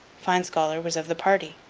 fine-scholar was of the party.